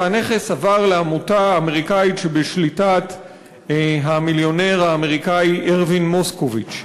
והנכס עבר לעמותה אמריקנית שבשליטת המיליונר האמריקני ארווינג מוסקוביץ.